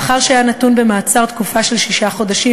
לאחר שהיה נתון במעצר תקופה של שישה חודשים,